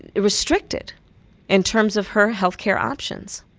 restricted in terms of her health care options.